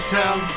town